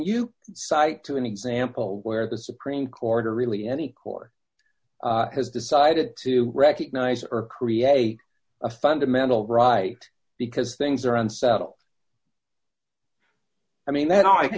you cite to an example where the supreme court or really any court has decided to recognize or create a fundamental right because things are unsettled i mean that i can